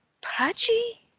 pudgy